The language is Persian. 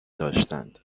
داشتند